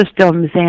systems